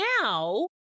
now